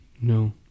No